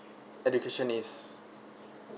education is